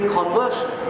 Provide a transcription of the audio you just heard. conversion